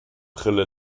brille